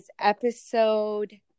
episode